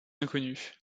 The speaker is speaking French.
inconnue